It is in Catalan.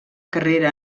carrera